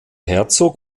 herzog